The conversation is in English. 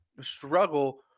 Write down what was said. struggle